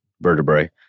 vertebrae